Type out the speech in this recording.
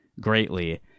greatly